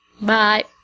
Bye